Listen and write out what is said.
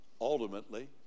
Ultimately